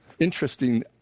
interesting